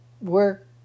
work